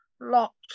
locked